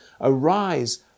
Arise